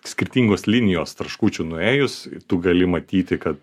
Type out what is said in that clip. skirtingos linijos traškučių nuėjus tu gali matyti kad